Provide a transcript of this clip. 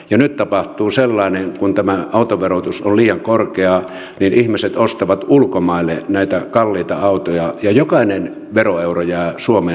jo nyt tapahtuu sellainen että kun tämä autoverotus on liian korkea niin ihmiset ostavat ulkomaille näitä kalliita autoja ja jokainen veroeuro jää suomeen saamatta